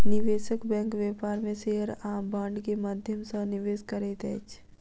निवेशक बैंक व्यापार में शेयर आ बांड के माध्यम सॅ निवेश करैत अछि